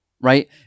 Right